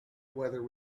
whether